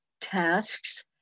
tasks